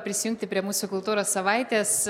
prisijungti prie mūsų kultūros savaitės